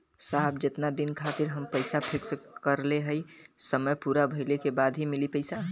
साहब जेतना दिन खातिर हम पैसा फिक्स करले हई समय पूरा भइले के बाद ही मिली पैसा?